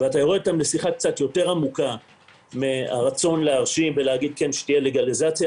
בשיחה קצת יותר עמוקה מהרצון להרשים ולהגיד שתהיה לגליזציה,